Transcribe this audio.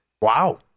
Wow